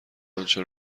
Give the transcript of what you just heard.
آنچه